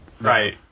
Right